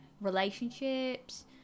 relationships